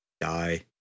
die